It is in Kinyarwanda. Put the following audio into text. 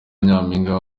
nyampinga